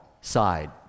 side